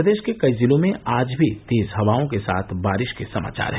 प्रदेश के कई जिलों में आज भी तेज हवाओं के साथ बारिश के समाचार हैं